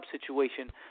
situation